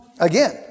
Again